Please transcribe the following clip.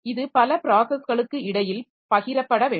இது பல ப்ராஸஸ்களுக்கு இடையில் பகிரப்பட வேண்டும்